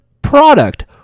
product